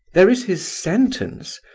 there is his sentence,